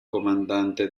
comandante